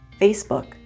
Facebook